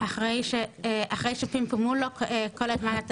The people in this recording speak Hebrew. אחרי שפמפמו לו כל הזמן,